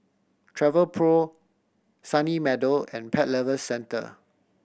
Travelpro Sunny Meadow and Pet Lovers Centre